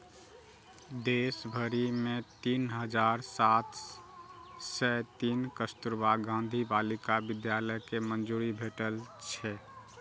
देश भरि मे तीन हजार सात सय तीन कस्तुरबा गांधी बालिका विद्यालय कें मंजूरी भेटल छै